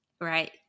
right